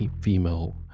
female